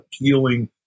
appealing